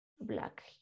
black